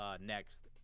next